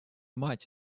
мать